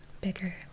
bigger